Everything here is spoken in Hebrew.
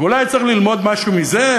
אולי צריך ללמוד משהו מזה.